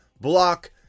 block